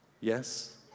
Yes